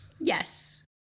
Yes